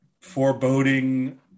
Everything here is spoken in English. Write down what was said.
foreboding